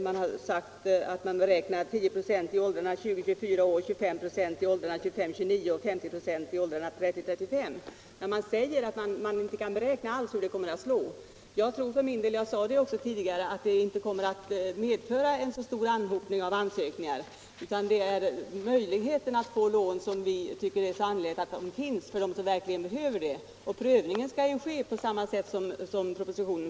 Man beräknar att lån skulle kunna komma i fråga för 10 25 1 åldrarna 20-24 år, 25 24 i åldrarna 25-29 år och 50 2 i åldrarna 30-35 år. Men man säger också att man inte alls kan beräkna hur det kommer att slå. Jag tror för min del - jag sade det också tidigare — att det inte kommer att medföra en så stor anhopning av ansökningar. Vad vi tycker är angeläget är att det finns en möjlighet att få lån för dem som verkligen behöver lån. Prövningen skall naturligtvis göras på det sätt som förutsätts i propositionen.